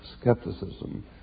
skepticism